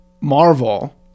marvel